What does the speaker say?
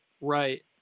right